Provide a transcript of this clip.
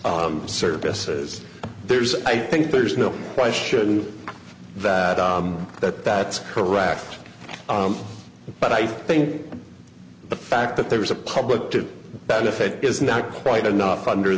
h's services there's i think there's no question that that that's correct but i think the fact that there was a public to benefit is not quite enough under